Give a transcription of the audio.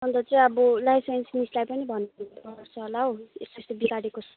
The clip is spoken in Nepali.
अन्त चाहिँ अब लाइफ साइन्स मिसलाई भन्नुपर्छ होला हौ यस्तो यस्तो बिगारेको छ